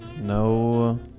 No